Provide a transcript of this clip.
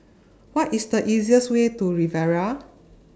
What IS The easiest Way to Riviera